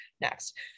next